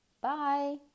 Bye